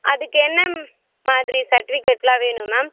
அதுக்கு என்ன மாதிரி சர்டிஃபிகேட்டுலாம் வேணும் மேம்